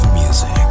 music